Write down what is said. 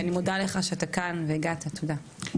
אני מודה לך שהגעת, תודה.